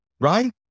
right